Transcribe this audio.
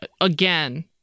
again